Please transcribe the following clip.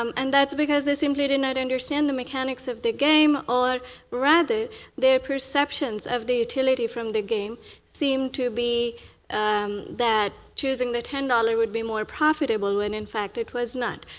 um and that's because they simply did not understand the mechanics of the game or rather their perceptions of the utility of the game seemed to be that choosing the ten dollar would be more profitable, when, in fact, it was not.